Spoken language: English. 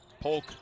Polk